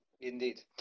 indeed